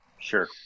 Sure